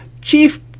chief